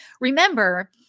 Remember